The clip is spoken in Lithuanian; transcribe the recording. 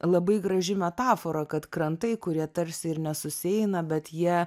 labai graži metafora kad krantai kurie tarsi ir nesusieina bet jie